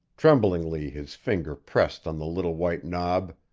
tremblingly his finger pressed on the little white knob,